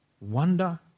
wonder